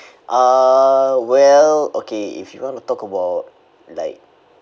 uh well okay if you want to talk about like